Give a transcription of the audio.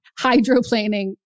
hydroplaning